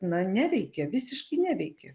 na neveikė visiškai neveikė